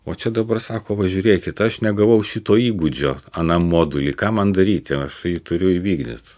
o čia dabar sako va žiūrėkit aš negavau šito įgūdžio anam moduly ką man daryti aš turiu įvykdyt